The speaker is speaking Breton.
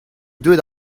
deuet